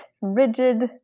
rigid